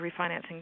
refinancing